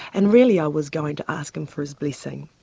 and really i was going to ask him for his blessing.